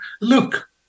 look